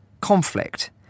conflict